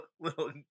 little